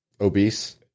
obese